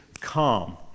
Calm